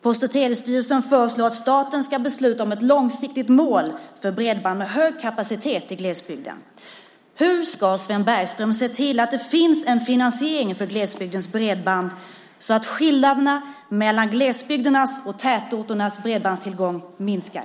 Post och telestyrelsen föreslår att staten ska besluta om ett långsiktigt mål för bredband med hög kapacitet i glesbygden. Hur ska Sven Bergström se till att det finns finansiering för glesbygdens bredband så att skillnaderna mellan glesbygdernas och tätorternas bredbandstillgång minskar?